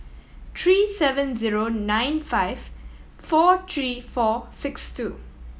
three seven zero nine five four three four six two